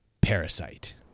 Parasite